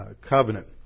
covenant